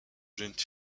jeune